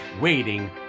waiting